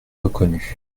reconnues